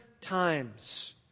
times